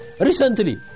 Recently